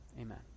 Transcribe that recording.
Amen